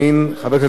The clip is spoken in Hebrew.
חבר הכנסת דב חנין,